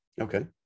Okay